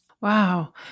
Wow